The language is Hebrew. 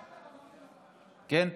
כן?